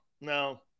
no